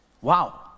wow